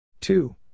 two